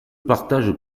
partage